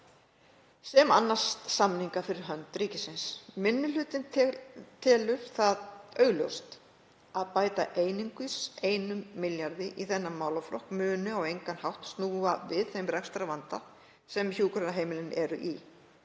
sem annast samninga fyrir hönd ríkisins. Minni hlutinn telur það augljóst að það að bæta einungis 1 milljarði í þennan málaflokk muni á engan hátt snúa við þeim rekstrarvanda sem hjúkrunarheimilin eru í.